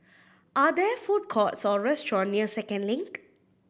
are there food courts or restaurant near Second Link